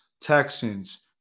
Texans